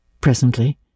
Presently